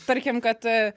tarkim kad